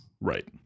Right